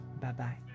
Bye-bye